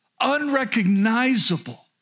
unrecognizable